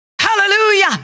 Hallelujah